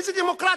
איזה דמוקרטיה?